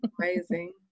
amazing